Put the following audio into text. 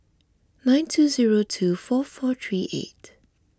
nine two zero two four four three eight